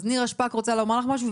אז נירה שפק רוצה לומר לך משהו.